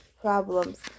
problems